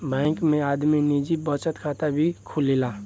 bank में आदमी निजी बचत खाता भी खोलेला